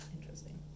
interesting